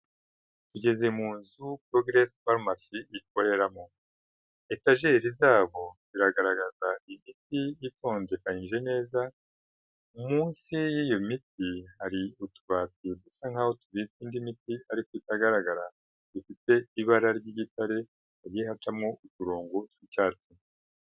Tugeze mu nzu progress pharmacy ikoreramo. Etajeri zabo biragaragaza imiti itondekanyije neza, munsi y'iyo miti hari utubati dusa nkaho tubitse indi miti ariko itagaragara, bifite ibara ry'igitare, hagiye hacamo uturongo tw'icyatsi.